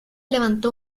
levantó